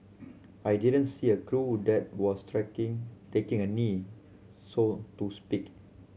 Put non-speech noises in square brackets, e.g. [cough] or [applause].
I didn't see a crew that was [unintelligible] taking a knee so to speak